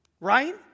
Right